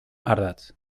ardatz